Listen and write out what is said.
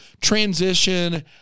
transition